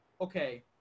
okay